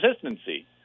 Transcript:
consistency